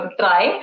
try